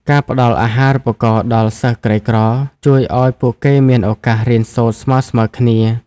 ការផ្ដល់អាហារូបករណ៍ដល់សិស្សក្រីក្រជួយឱ្យពួកគេមានឱកាសរៀនសូត្រស្មើៗគ្នា។